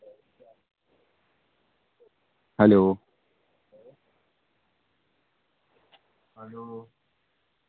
hello